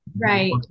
Right